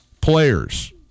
players